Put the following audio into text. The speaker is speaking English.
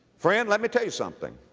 friend, let me tell you something,